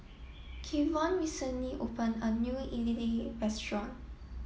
Kevon recently opened a New Idly Restaurant